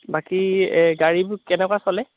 বাকী এই গাড়ীবোৰ কেনকুৱা চলে